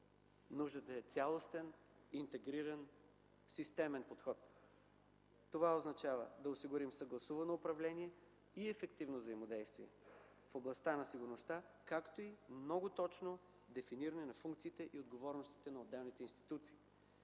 Нужен е цялостен, интегриран, системен подход. Това означава да осигурим съгласувано управление и ефективно взаимодействие в областта на сигурността, както и много точно дефиниране на функциите и отговорностите на отделните институции.